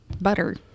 Butter